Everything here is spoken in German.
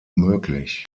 möglich